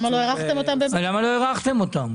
למה לא הארכתם אותן?